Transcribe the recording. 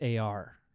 ar